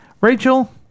Rachel